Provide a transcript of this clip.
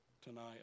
tonight